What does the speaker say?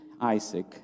Isaac